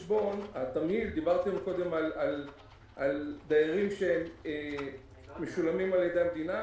400. 70% מהדיירים אצלי משולמים על ידי המדינה,